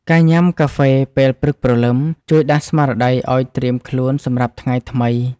ការញ៉ាំកាហ្វេពេលព្រឹកព្រលឹម ជួយដាស់ស្មារតីឱ្យត្រៀមខ្លួនសម្រាប់ថ្ងៃថ្មី។